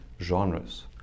genres